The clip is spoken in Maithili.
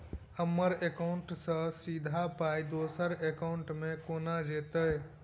हम्मर एकाउन्ट सँ सीधा पाई दोसर एकाउंट मे केना जेतय?